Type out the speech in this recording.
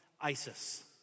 ISIS